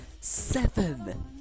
seven